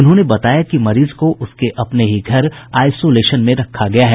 उन्होंने बताया कि मरीज को उसके घर में ही आइसोलेशन में रखा गया है